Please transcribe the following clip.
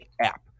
app